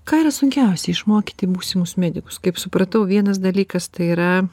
ką yra sunkiausia išmokyti būsimus medikus kaip supratau vienas dalykas tai yra